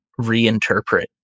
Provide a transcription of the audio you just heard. reinterpret